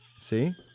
See